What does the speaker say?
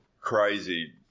crazy